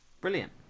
Brilliant